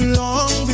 long